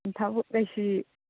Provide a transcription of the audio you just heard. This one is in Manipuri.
ꯊꯕꯛ ꯀꯩꯁꯤ